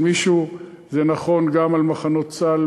זה נכון גם לגבי מחנות צה"ל